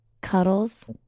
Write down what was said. cuddles